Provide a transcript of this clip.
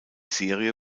serie